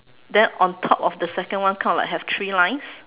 then on top of the second one kind of have like three lines